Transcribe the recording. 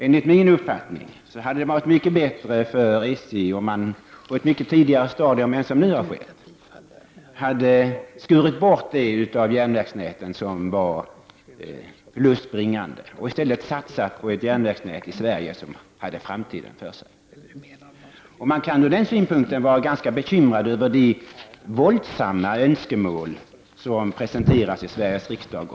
Enligt min uppfattning skulle det ha varit mycket bättre för SJ om man på ett mycket tidigare stadium än som nu är fallet hade skurit bort de delar av järnvägsnätet som var förlustbringande och i stället hade satsat på ett järnvägsnät i Sverige som hade framtiden för sig. Från den synpunkten finns det anledning att vara ganska bekymrad över de våldsamma önskemål om nybyggnad av järnvägar som presenteras i Sveriges riksdag.